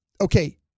Okay